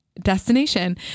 destination